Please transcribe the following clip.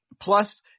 plus